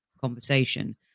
conversation